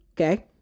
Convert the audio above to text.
okay